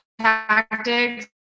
tactics